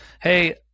Hey